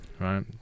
Right